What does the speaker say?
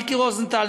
מיקי רוזנטל,